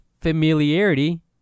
familiarity